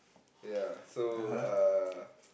ya so uh